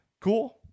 cool